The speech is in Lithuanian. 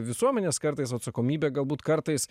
visuomenės kartais atsakomybė galbūt kartais